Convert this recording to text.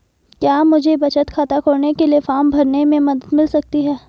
क्या मुझे बचत खाता खोलने के लिए फॉर्म भरने में मदद मिल सकती है?